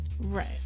Right